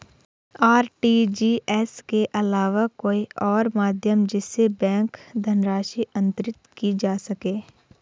RTGS के अलावा कोई और माध्यम जिससे बैंक धनराशि अंतरित की जा सके?